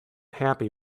happy